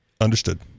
Understood